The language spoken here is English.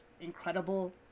incredible